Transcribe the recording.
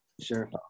Sure